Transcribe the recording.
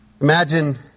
Imagine